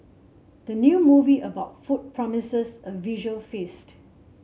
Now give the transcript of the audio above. the new movie about food promises a visual feast